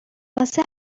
واسه